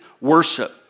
worship